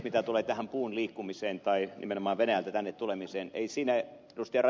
mitä tulee tähän puun liikkumiseen tai nimenomaan venäjältä tänne tulemiseen ei siinä ed